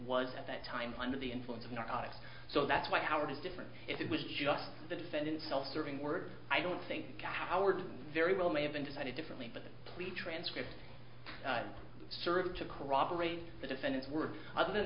was at that time under the influence of narcotics so that's why howard is different if it was just the defendant's self serving words i don't think howard very well may have been decided differently but please transcripts serve to corroborate the defendant's word other than